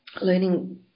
learning